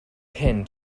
pin